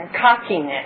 cockiness